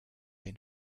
been